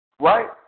right